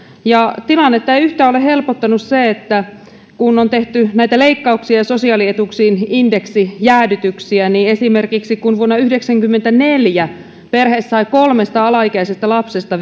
tilannetta ei yhtään ole helpottanut se että kun on tehty näitä leikkauksia ja sosiaalietuuksiin indeksijäädytyksiä niin kun esimerkiksi vielä vuonna yhdeksänkymmentäneljä perhe sai kolmesta alaikäisestä lapsesta